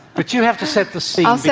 but you have to set the scene, yeah